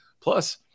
Plus